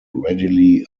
readily